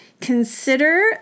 Consider